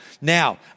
Now